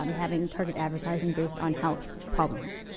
um having target advertising based on health problems.